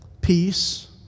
peace